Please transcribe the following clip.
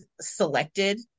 selected